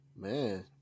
Man